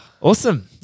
Awesome